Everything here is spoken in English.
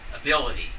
ability